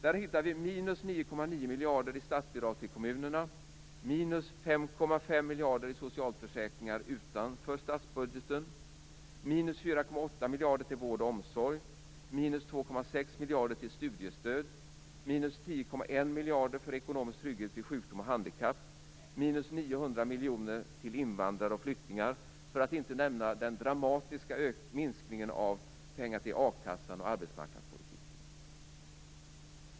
Där hittar vi minus 9,9 miljarder i statsbidrag till kommunerna, minus 5,5 miljarder i socialförsäkringar utanför statsbudgeten, minus 4,8 miljarder till vård och omsorg, minus 2,6 miljarder till studiestöd, minus 10,1 miljarder när det gäller ekonomisk trygghet vid sjukdom och handikapp, minus 900 miljoner till invandrare och flyktingar. Och då har jag inte nämnt den dramatiska minskningen av pengar till akassan och arbetsmarknadspolitiken.